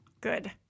Good